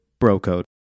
BROCODE